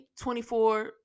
24